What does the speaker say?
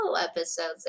episodes